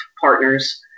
partners